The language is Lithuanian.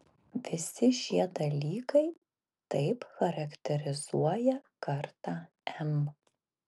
visi šie dalykai taip charakterizuoja kartą m